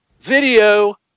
video